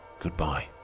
Goodbye